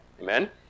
Amen